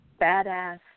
badass